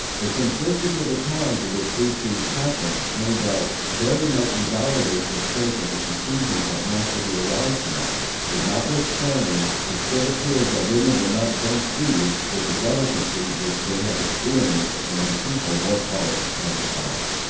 the simplicity of the times in which these things happened, no doubt, very much invalidates the strength of the conclusions that naturally arise from them. but, notwithstanding, it still appears that women were not then treated with the delicacy which they have experienced among people more polished and refined.